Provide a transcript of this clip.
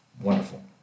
wonderful